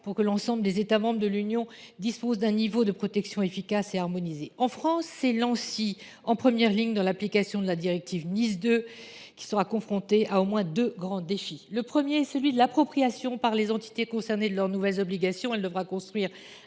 pour que l’ensemble des États membres de l’Union européenne disposent d’un niveau de protection efficace et harmonisé. En France, c’est l’Anssi, en première ligne dans l’application de la directive NIS 2, qui devra relever au moins deux grands défis. Le premier défi est celui de l’appropriation par les entités concernées de leurs nouvelles obligations. L’Agence devra construire